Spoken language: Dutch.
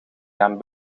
gaan